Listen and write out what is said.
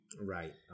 Right